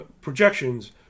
projections